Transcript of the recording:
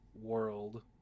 World